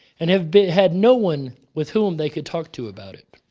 and have had no one with whom they could talk to about it.